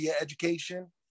education